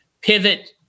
pivot